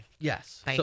Yes